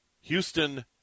Houston